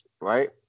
right